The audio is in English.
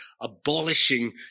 abolishing